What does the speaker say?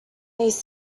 these